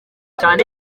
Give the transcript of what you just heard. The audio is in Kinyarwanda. cyane